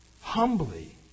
humbly